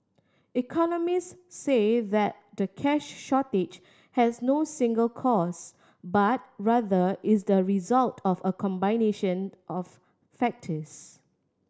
economist say that the cash shortage has no single cause but rather is the result of a combination of factors